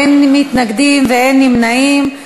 אין מתנגדים ואין נמנעים.